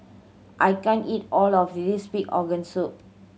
I can't eat all of this pig organ soup